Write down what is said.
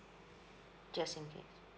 just in case